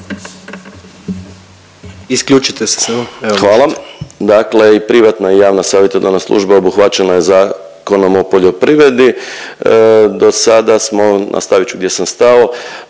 **Majdak, Tugomir** Hvala. Dakle i privatna i javna savjetodavna služba obuhvaćena je Zakonom o poljoprivredi. Dosada smo, nastavit ću gdje sam stao,